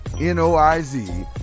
N-O-I-Z